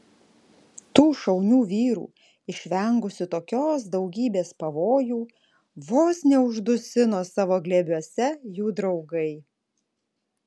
tų šaunių vyrų išvengusių tokios daugybės pavojų vos neuždusino savo glėbiuose jų draugai